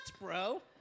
bro